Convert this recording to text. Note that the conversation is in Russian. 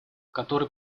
который